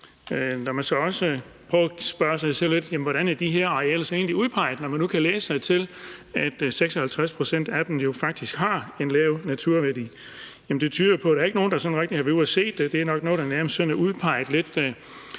man kan så også spørge sig selv: Jamen hvordan er de her arealer så egentlig udpeget, når man nu kan læse sig til, at 56 pct. af dem jo faktisk har en lav naturværdi? Det tyder på, at der ikke er nogen, der sådan har været ude og se det. Det er nok nærmest noget, der sådan er udpeget ved